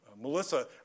Melissa